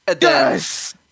Yes